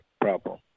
problem